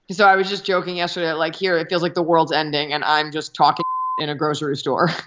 so i was just joking yesterday, like, here, it feels like the world's ending, and i'm just talking in a grocery store.